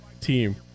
team